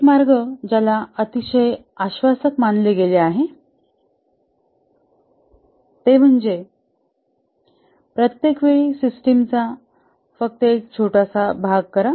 एक मार्ग ज्याला अतिशय आश्वासक मानले गेले आहे ते म्हणजे प्रत्येक वेळी सिस्टमचा फक्त एक छोटासा भाग करा